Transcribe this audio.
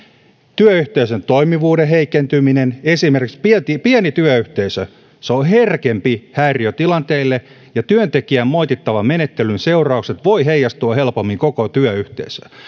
työyhteisön toimivuuden heikentyminen esimerkiksi pieni työyhteisö on herkempi häiriötilanteille ja työntekijän moitittavan menettelyn seuraukset voivat heijastua helpommin koko työyhteisöön